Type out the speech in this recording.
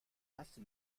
taste